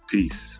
Peace